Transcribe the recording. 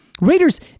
Raiders